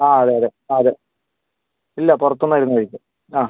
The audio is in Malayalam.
ആ അതെ അതെ ആ അതെ ഇല്ല പുറത്തുനിന്നായിരുന്നു കഴിച്ചത് ആ